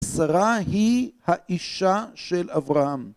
שרה היא האישה של אברהם.